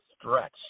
stretch